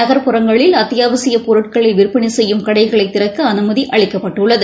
நகர்ப்புறங்களில் அத்தியாவசியப் பொருட்களைவிற்பனைசெய்யும் கடைகளைதிறக்கஅனுமதிஅளிக்கப்பட்டுள்ளது